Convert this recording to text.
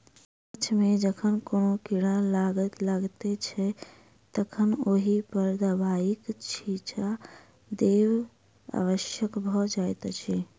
गाछ मे जखन कोनो कीड़ा लाग लगैत छै तखन ओहि पर दबाइक छिच्चा देब आवश्यक भ जाइत अछि